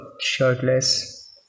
shirtless